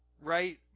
Right